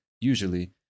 usually